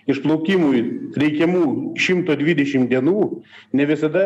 išplaukimui reikiamų šimto dvidešim dienų ne visada